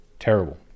Terrible